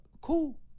cool